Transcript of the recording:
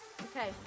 Okay